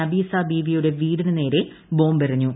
നബീസ ബീവിയുടെ വീടിനു നേരെ ബോംബെറിഞ്ഞു